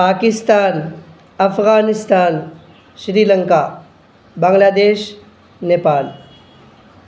Pakistan Afghanistan Sri Lanka Bangladesh Nepal